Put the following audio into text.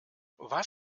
was